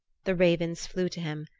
the ravens flew to him,